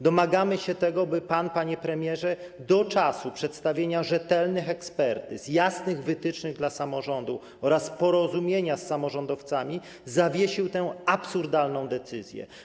Domagamy się tego, by pan, panie premierze, do czasu przedstawienia rzetelnych ekspertyz, jasnych wytycznych dla samorządów oraz porozumienia się z samorządowcami zawiesił tę absurdalną decyzję.